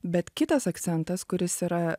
bet kitas akcentas kuris yra